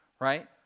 right